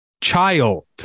child